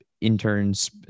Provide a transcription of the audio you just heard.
interns